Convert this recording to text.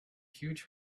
huge